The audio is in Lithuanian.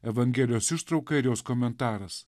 evangelijos ištrauka ir jos komentaras